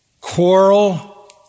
quarrel